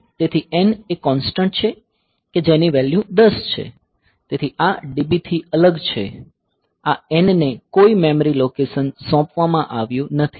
તેથી N એ constant છે કે જેની વેલ્યૂ 10 છે તેથી આ DB થી અલગ છે આ N ને કોઈ મેમરી લોકેશન સોંપવામાં આવ્યું નથી